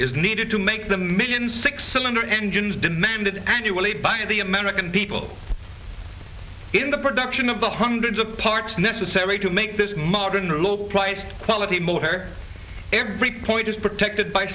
is needed to make the million six cylinder engines demanded annually by the american people in the production of the hundreds of parts necessary to make this modern low priced quality motor every point is protected by